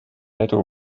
edu